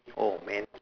oh man